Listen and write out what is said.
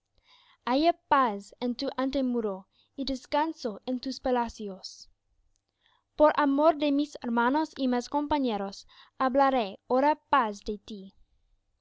tu antemuro y descanso en tus palacios por amor de mis hermanos y mis compañeros hablaré ahora